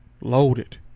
loaded